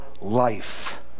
life